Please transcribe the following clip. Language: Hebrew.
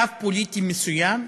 קו פוליטי מסוים,